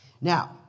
Now